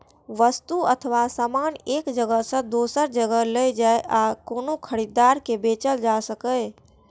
वस्तु अथवा सामान एक जगह सं दोसर जगह लए जाए आ कोनो खरीदार के बेचल जा सकै